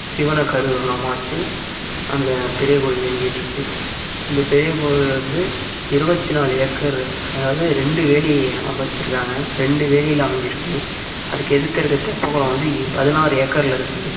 சிவனை கருகூலமாக வச்சு அந்த பெரிய கோவில் இயங்கிட்டுருக்கு இந்த பெரியக்கோவில் வந்து இருபத்திநாலு ஏக்கர் அதாவது ரெண்டு வேலி வச்சுருக்காங்க ரெண்டு வேலியில் அமைஞ்சிருக்கு அதுக்கு எதுர்க்க இருக்கிற தெப்பக்குளம் வந்து பதினாறு ஏக்கரில் இருக்குது